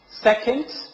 Second